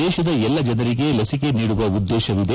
ದೇಶದ ಎಲ್ಲಾ ಜನರಿಗೆ ಲಸಿಕೆ ನೀಡುವ ಉದ್ದೇಶವಿದೆ